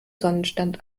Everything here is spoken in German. sonnenstand